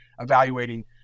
evaluating